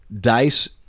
Dice